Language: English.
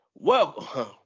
Welcome